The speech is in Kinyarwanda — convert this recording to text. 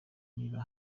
niba